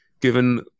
given